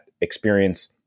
experience